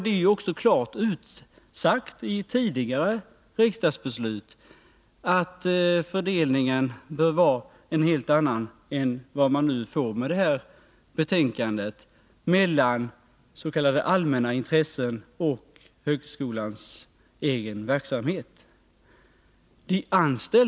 Det är ju också klart utsagt i tidigare riksdagsbeslut att fördelningen när det gäller s.k. allmänna intressen och högskolans egen verksamhet bör vara en helt annan än den som föreslås av utskottet.